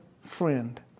friend